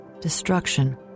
destruction